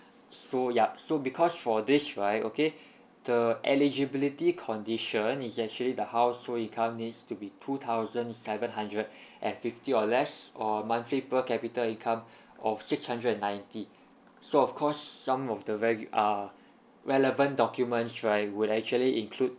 so yup so because for this right okay the eligibility condition is actually the household income needs to be two thousand seven hundred and fifty or less or monthly per capita income of six hundred and ninety so of course some of the very~ uh relevant documents right would actually include